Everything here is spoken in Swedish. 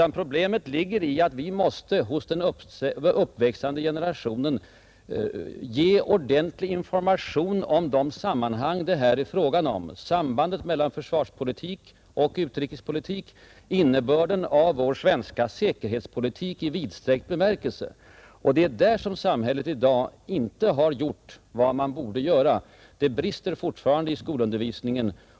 Problemet ligger i att vi måste ge den uppväxande generationen ordentlig information om de sammanhang det här är fråga om, sambandet mellan försvarspolitik och utrikespolitik, om innebörden av vår svenska säkerhetspolitik i vidsträckt bemärkelse. Det är där samhället i dag inte har gjort vad man borde göra; det brister fortfarande i skolundervisningen.